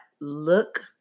look